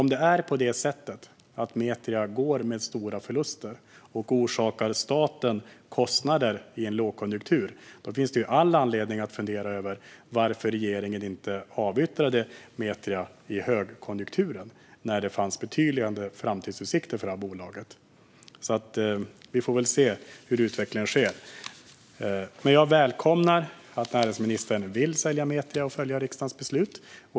Om det är på det sättet att Metria går med stora förluster och orsakar staten kostnader i en lågkonjunktur finns det all anledning att fundera över varför regeringen inte avyttrade Metria i högkonjunkturen när det fanns betydande framtidsutsikter för bolaget. Vi får väl se hur utvecklingen blir. Jag välkomnar att näringsministern vill sälja Metria och följa riksdagens beslut.